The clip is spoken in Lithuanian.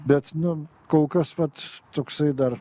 bet nu kol kas vat toksai dar